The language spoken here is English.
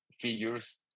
figures